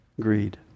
greed